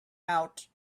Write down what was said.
out